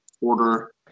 order